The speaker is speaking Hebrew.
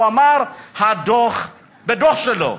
הוא אמר בדוח שלו: